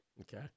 Okay